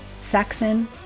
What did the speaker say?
Saxon